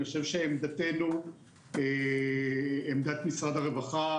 אני חושב שעמדתנו עמדת משרד הרווחה,